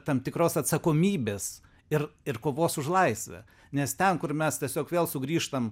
tam tikros atsakomybės ir ir kovos už laisvę nes ten kur mes tiesiog vėl sugrįžtam